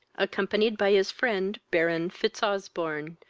accompanied by his friend, baron fitzosbourne,